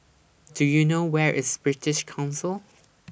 Do YOU know Where IS British Council